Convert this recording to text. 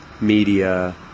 media